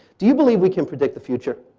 do you believe we can predict the future?